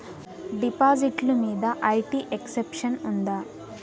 డిపాజిట్లు మీద IT exemption ఉందా?